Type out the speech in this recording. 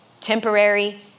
temporary